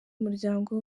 umuryango